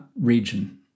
region